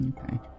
Okay